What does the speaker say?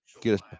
get